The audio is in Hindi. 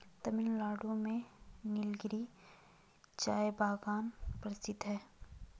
तमिलनाडु में नीलगिरी चाय बागान प्रसिद्ध है